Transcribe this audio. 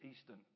Eastern